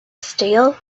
still